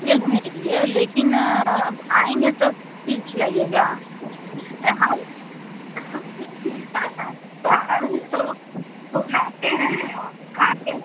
घूमेंगे लेकिन अब आएँगे तो चीज़ खिलाइएगा यह हाँ मिलता है में तो उसको बनाते हैं और खाते हैं